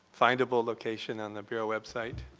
findable location on the bureau website?